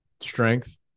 strength